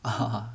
(uh huh)